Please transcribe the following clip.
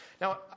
Now